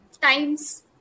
times